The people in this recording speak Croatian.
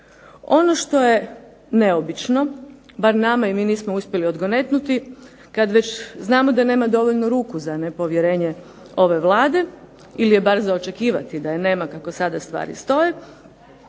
Ono što je neobično, bar nama i mi nismo uspjeli odgonetnuti kad već znamo da nema dovoljno ruku za nepovjerenje ove Vlade ili je bar za očekivati da je nema kako sada stvari stoje